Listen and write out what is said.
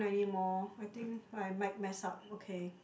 anymore I think my mic mess up okay